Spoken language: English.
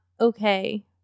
okay